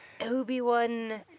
Obi-Wan